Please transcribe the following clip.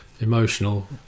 emotional